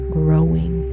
growing